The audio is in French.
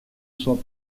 soit